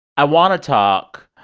i want to talk,